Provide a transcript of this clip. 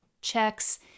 checks